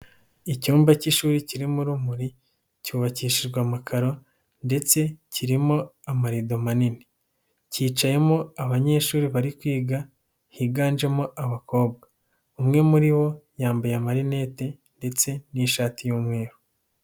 Icyumba k'ishuri kirimo urumuri cyubakishijwe amakaro ndetse kirimo amarido manini, kicayemo abanyeshuri bari kwiga higanjemo abakobwa, umwe muri bo yambaye amarinete ndetse n'ishati y'umweru.